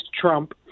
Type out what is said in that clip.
Trump